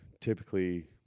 typically